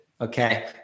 Okay